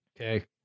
Okay